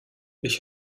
ich